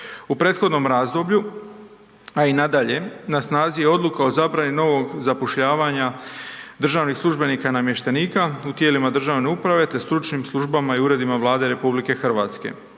U prethodnom razdoblju a i nadalje na snazi je odluka o zabrani novog zapošljavanja državnih službenika i namještenika u tijelima državne uprave te stručnih službama i uredima Vlade RH što se